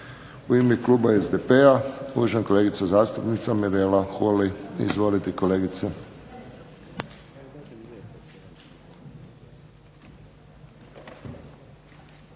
U ime kluba SDP-a uvažena kolegica zastupnica Mirela Holy. Izvolite kolegice.